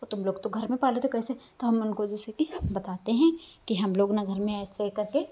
और तुम लोग तो घर में पाल लेते हो कैसे तो हम उनको जैसे कि बताते हैं कि हम लोग ना घर में ऐसे करके